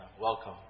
welcome